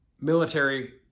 military